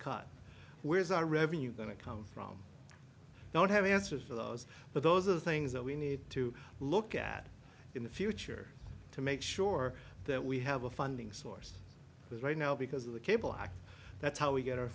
cut where is our revenue going to come from i don't have answers for those but those are the things that we need to look at in the future to make sure that we have a funding source but right now because of the cable act that's how we get our